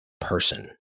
person